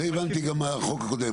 את זה הבנתי גם מהחוק הקודם.